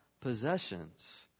possessions